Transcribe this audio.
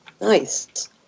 Nice